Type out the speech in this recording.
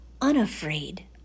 unafraid